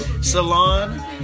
Salon